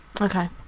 okay